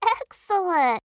Excellent